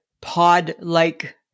pod-like